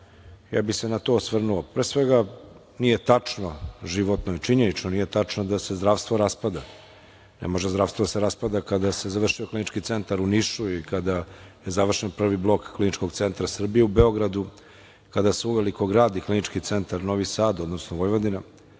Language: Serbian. ja bih se na to osvrnuo. Pre svega, nije tačno, životno je činjenično, nije tačno da se zdravstvo raspada. Ne može zdravstvo da se raspada kada se završio Klinički centar u Nišu i kada je završen prvi blok Kliničko centra Srbije u Beogradu, kada se uveliko gradi Klinički centar Novi Sad, odnosno Vojvodina